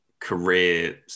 Career